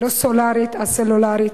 לא סולרית, סלולרית.